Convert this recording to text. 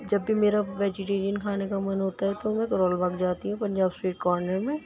جب بھی میرا ویجیٹیرین کھانے کا من ہوتا ہے تو میں کرول باغ جاتی ہوں پنجاب سوئٹ کارنر میں